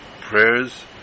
prayers